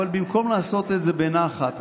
אבל במקום לעשות את זה בנחת,